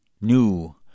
new